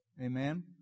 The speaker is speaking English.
Amen